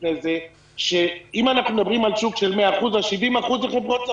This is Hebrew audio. לפני זה שאם אנחנו מדברים על שוק של 100% אז 70% זה חברות זרות,